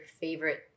favorite